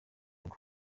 rugo